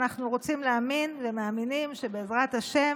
ואנחנו רוצים להאמין ומאמינים שבעזרת השם,